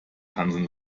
tanzen